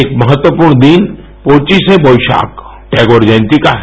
एक महत्वपूर्ण दिन पोविशे बोइशाक टैगोर जयंती का है